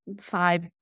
five